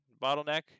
bottleneck